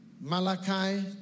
Malachi